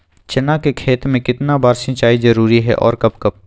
चना के खेत में कितना बार सिंचाई जरुरी है और कब कब?